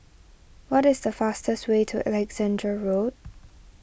what is the fastest way to Alexandra Road